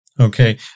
Okay